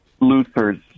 Luther's